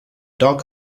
dog